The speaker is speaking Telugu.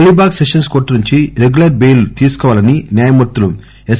అలీబాగ్ సెషన్స్ కోర్టు నుంచి రెగ్యులర్ బెయిల్ తీసుకోవాలని న్యాయమూర్తులు ఎస్